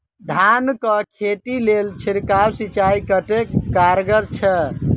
धान कऽ खेती लेल छिड़काव सिंचाई कतेक कारगर छै?